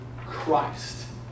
Christ